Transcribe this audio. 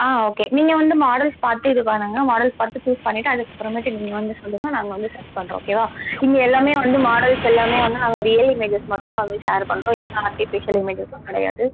ஆ okay நீங்கள் வந்து models பார்த்து இது பண்ணுங்க மாடல்ஸ் பார்த்து சூஸ் பண்ணிவிட்டு அதுக்கப்புறமேட்டு நீங்கள் வந்து சொல்லுங்க நாங்கள் வந்து சென்ட் பண்ணுறோம் ஓகேவா இங்கே எல்லாமே வந்து மாடல்ஸ் எல்லாமே வந்து நாங்கள் ரியல் இமேஜஸ் மட்டும்தான் வந்து ஷேர் பண்ணுறோம் எந்த ஆர்ட்டிஃபிஷியல் இமேஜஸும் கிடையாது